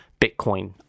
Bitcoin